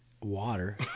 Water